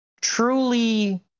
truly